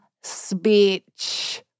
speech